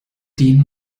den